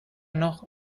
noch